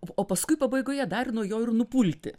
o paskui pabaigoje dar nuo jo ir nupulti